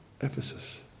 Ephesus